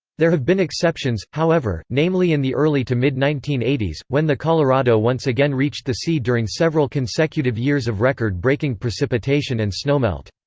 there have been exceptions, however, namely in the early to mid nineteen eighty s, when the colorado once again reached the sea during several consecutive years of record-breaking precipitation and snowmelt.